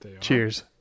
cheers